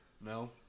No